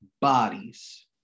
bodies